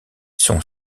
son